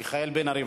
מיכאל בן-ארי.